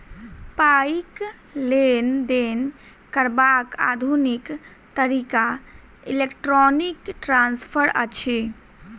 पाइक लेन देन करबाक आधुनिक तरीका इलेक्ट्रौनिक ट्रांस्फर अछि